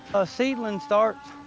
a seedling starts.